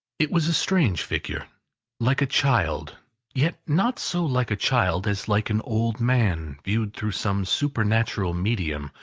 it was a strange figure like a child yet not so like a child as like an old man, viewed through some supernatural medium,